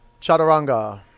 chaturanga